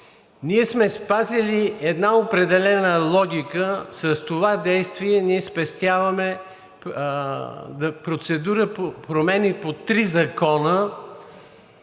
Ние сме спазили определена логика – с това действие спестяваме процедура по промени в три закона.